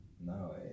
no